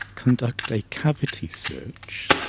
conduct a cavity search,